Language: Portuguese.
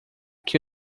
que